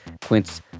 Quince